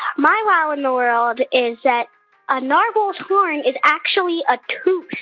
my wow in the world is that a narwhal's horn is actually a tooth